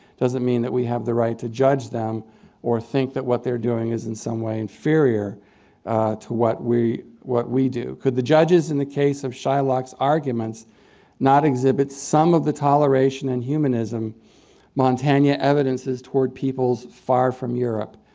doesn't mean that we have the right to judge them or think that what they're doing is in some way inferior to what we what we do. could the judges in the case of shylock's arguments not exhibit some of the toleration and humanism montagne ah evidences toward peoples far from europe?